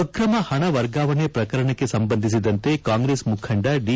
ಅಕ್ರಮ ಹಣ ವರ್ಗಾವಣೆ ಪ್ರಕರಣಕ್ಕೆ ಸಂಬಂಧಿಸಿದಂತೆ ಕಾಂಗ್ರೆಸ್ ಮುಖಂಡ ದಿ